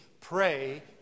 Pray